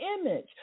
image